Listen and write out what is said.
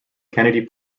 kennedy